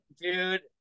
dude